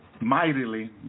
mightily